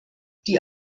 die